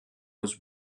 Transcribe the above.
was